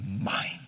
mind